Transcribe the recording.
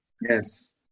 Yes